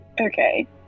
Okay